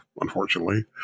unfortunately